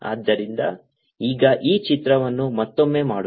ಆದ್ದರಿಂದ ಈಗ ಈ ಚಿತ್ರವನ್ನು ಮತ್ತೊಮ್ಮೆ ಮಾಡೋಣ